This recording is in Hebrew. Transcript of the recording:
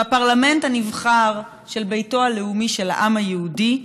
בפרלמנט הנבחר של ביתו הלאומי של העם היהודי,